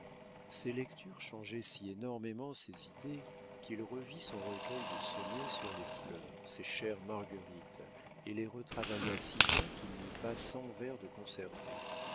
ces lectures changeaient si énormément ses idées qu'il revit son recueil de sonnets sur les fleurs ses chères marguerites et les retravailla si bien qu'il n'y eut pas cent vers de conservés